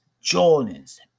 Jordan's